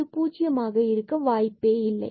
இது 0 ஆக இருக்க வாய்ப்பில்லை